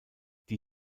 die